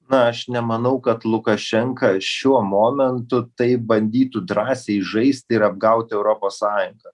na aš nemanau kad lukašenka šiuo momentu taip bandytų drąsiai žaisti ir apgauti europos sąjungą